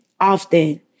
often